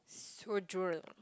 so droll